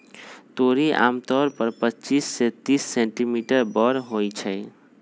तोरी आमतौर पर पच्चीस से तीस सेंटीमीटर बड़ होई छई